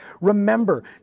remember